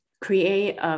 create